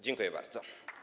Dziękuję bardzo.